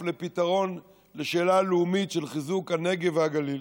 לפתרון לשאלה לאומית של חיזוק הנגב והגליל,